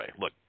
look